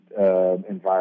environment